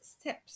steps